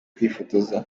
kwifotoza